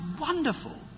wonderful